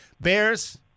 Bears